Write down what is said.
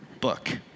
book